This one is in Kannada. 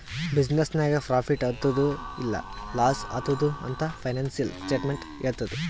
ಬಿಸಿನ್ನೆಸ್ ನಾಗ್ ಪ್ರಾಫಿಟ್ ಆತ್ತುದ್ ಇಲ್ಲಾ ಲಾಸ್ ಆತ್ತುದ್ ಅಂತ್ ಫೈನಾನ್ಸಿಯಲ್ ಸ್ಟೇಟ್ಮೆಂಟ್ ಹೆಳ್ತುದ್